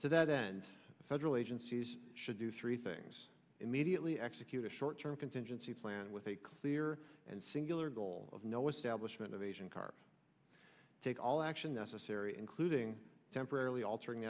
to that end the federal agencies should do three things immediately execute a short term contingency plan with a clear and singular goal of no establishment of asian car take all action necessary including temporarily altering